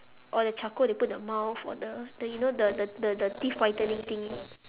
or the charcoal they put the mouth or the then you know the the the the teeth whitening thingy